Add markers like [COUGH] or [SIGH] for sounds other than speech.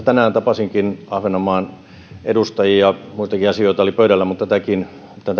[UNINTELLIGIBLE] tänään tapasinkin ahvenanmaan edustajia muitakin asioita oli pöydällä mutta tätäkin